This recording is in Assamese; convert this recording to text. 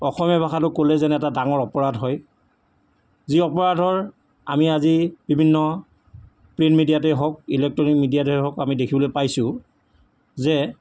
অসমীয়া ভাষাটো ক'লে যেন এটা ডাঙৰ অপৰাধ হয় যি অপৰাধৰ আমি আজি বিভিন্ন প্ৰিণ্ট মিডিয়াতে হওঁক ইলেকট্ৰ'নিক মিডিয়াতে হওঁক আমি দেখিবলৈ পাইছোঁ যে